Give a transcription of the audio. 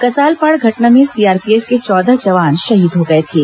कसालपाड़ घटना में सीआरपीएफ के चौदह जवान शहीद हो गए थे